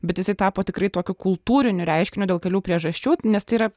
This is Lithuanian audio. bet jisai tapo tikrai tokiu kultūriniu reiškiniu dėl kelių priežasčių nes tai yra